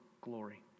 glory